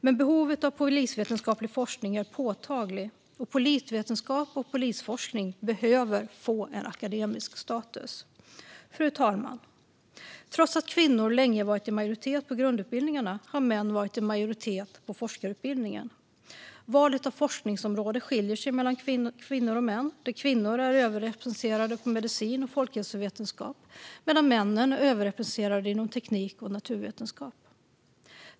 Men behovet av polisvetenskaplig forskning är påtagligt, och polisvetenskap och polisforskning behöver få en akademisk status. Fru talman! Trots att kvinnor länge varit i majoritet på grundutbildningarna har män varit i majoritet inom forskarutbildningen. Valet av forskningsområde skiljer sig mellan kvinnor och män. Kvinnor är överrepresenterade inom medicin och folkhälsovetenskap, medan männen är överrepresenterade inom teknik och naturvetenskap.